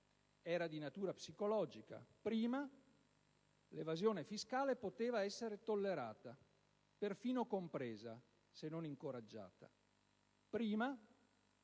era di natura psicologica), l'evasione fiscale poteva essere tollerata, persino compresa, se non incoraggiata. Prima